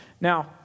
Now